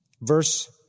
verse